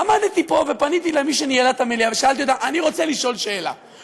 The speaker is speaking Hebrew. עמדתי פה ופניתי למי לה את המליאה ושאלתי אותה: אני רוצה לשאול שאלה,